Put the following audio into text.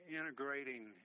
integrating